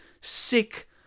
sick